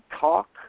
talk